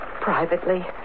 privately